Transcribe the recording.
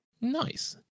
Nice